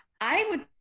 i would,